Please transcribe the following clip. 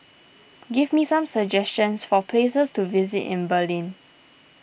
give me some suggestions for places to visit in Berlin